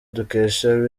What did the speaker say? dukesha